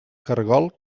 caragol